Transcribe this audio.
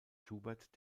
schubert